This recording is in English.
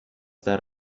that